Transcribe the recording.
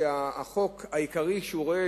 שהחוק העיקרי שהוא רואה